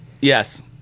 Yes